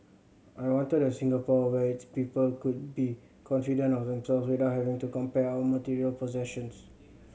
I wanted a Singapore where its people could be confident of themselves without having to compare our material possessions